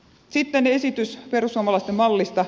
sitten esitys perussuomalaisten mallista